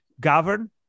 govern